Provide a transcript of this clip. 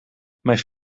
mijn